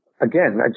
Again